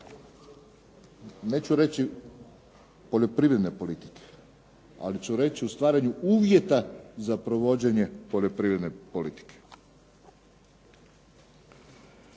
neću reći poljoprivredne politike, ali ću reći u stvaranju uvjeta za provođenje poljoprivredne politike.